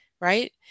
right